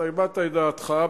אתה הבעת את דעתך.